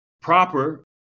proper